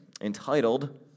entitled